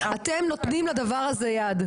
אתם נותנים לדבר הזה יד.